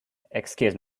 excuse